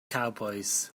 cowbois